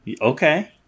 Okay